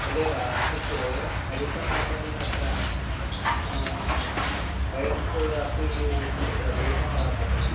तदेव इत्युक्ते अधिकम् अल्पम् अत्र वयर्स् अपि तत्र दोषः वर्तते